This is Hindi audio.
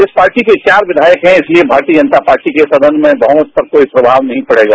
इस पार्टी के चार विधायक है इसलिए भारतीय जनता पार्टी के सदन में बहमत में इस पर कोई दबाव नहीं पड़ेगा